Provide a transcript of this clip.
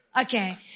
Okay